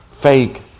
fake